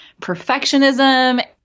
perfectionism